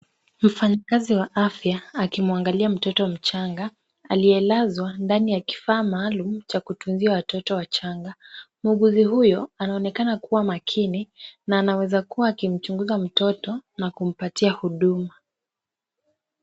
Mfanyakazi wa afya akimwangalia mtotot mchanga, alielazwa ndani ya kifaa maalum cha kutunzia watoto wachanga, muuguzi huyo anaonekana kuwa makini, na anaweza kuwa akimchunguza mtoto na kumpatia huduma.